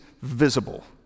visible